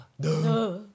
Duh